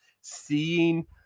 seeing